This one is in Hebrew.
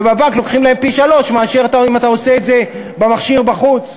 ובבנק לוקחים להם פי-שלושה מאשר כשעושים את זה במכשיר בחוץ,